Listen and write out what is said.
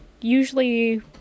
usually